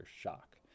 shock